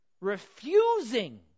refusing